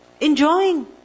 enjoying